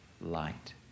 light